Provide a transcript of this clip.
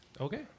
Okay